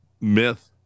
myth